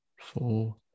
four